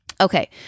Okay